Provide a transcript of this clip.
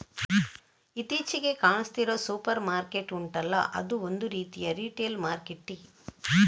ಇತ್ತೀಚಿಗೆ ಕಾಣಿಸ್ತಿರೋ supermarket ಉಂಟಲ್ಲ ಅದೂ ಒಂದು ರೀತಿಯ ರಿಟೇಲ್ ಮಾರ್ಕೆಟ್ಟೇ